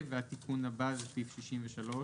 והתיקון הבא זה סעיף 63,